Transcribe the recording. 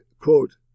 quote